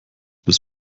bis